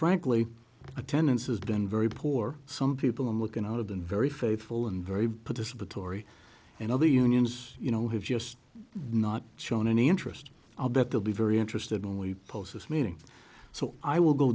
frankly attendance has done very poor some people and look at all of them very faithful and very participatory and other unions you know have just not shown any interest i'll bet they'll be very interested when we post this meeting so i will go